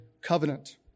covenant